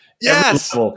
yes